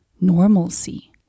normalcy